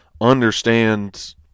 understand